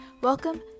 Welcome